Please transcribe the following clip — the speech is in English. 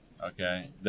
Okay